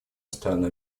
сторона